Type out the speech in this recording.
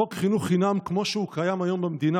חוק חינוך חינם כמו שהוא קיים היום במדינה